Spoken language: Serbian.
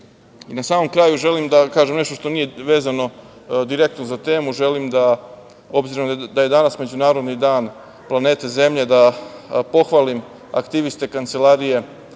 samom kraju želim da kažem nešto što nije vezano direktno za temu. Želim da, obzirom da je danas Međunarodni dan planete zemlje da pohvalim aktiviste Kancelarije